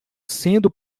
sendo